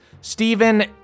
Stephen